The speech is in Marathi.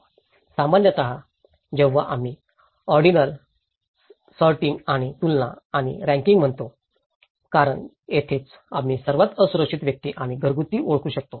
सामान्य जेव्हा आम्ही ऑर्डिनल सॉर्टिंग आणि तुलना आणि रँकिंग म्हणतो कारण येथेच आम्ही सर्वात असुरक्षित व्यक्ती आणि घरगुती ओळखू शकतो